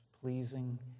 pleasing